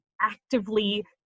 actively